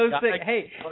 Hey